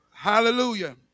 Hallelujah